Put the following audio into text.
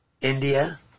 India